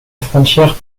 frontière